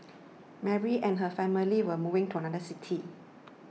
Mary and her family were moving to another city